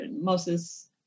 Moses